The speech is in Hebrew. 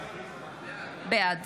בעד